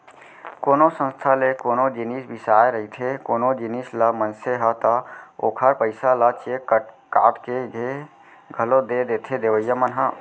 कोनो संस्था ले कोनो जिनिस बिसाए रहिथे कोनो जिनिस ल मनसे ह ता ओखर पइसा ल चेक काटके के घलौ दे देथे देवइया मन ह